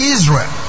Israel